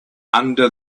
under